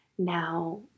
Now